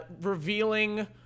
revealing